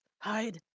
hide